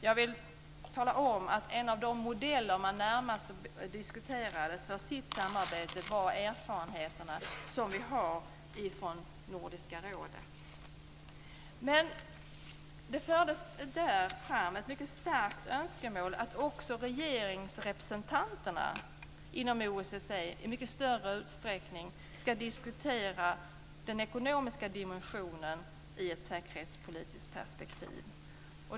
Jag vill tala om att en av de modeller man diskuterade för sitt samarbete var Nordiska rådet. Det fördes fram ett mycket starkt önskemål om att också regeringsrepresentanterna inom OSSE i mycket större utsträckning skall diskutera den ekonomiska dimensionen i ett säkerhetspolitiskt perspektiv.